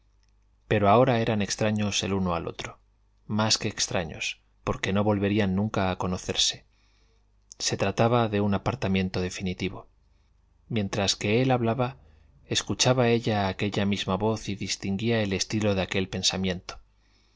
pero ahora eran extraños el uno al otro más quií extraños porque no volverían nunca a conocerse se trataba de un apartamiento definitivo mientras que él hablaba escuchaba ella aquella misma voz y distinguía el estilo de aquel pensamiento